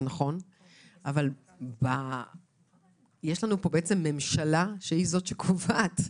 אבל יש לנו פה ממשלה שהיא זאת שקובעת.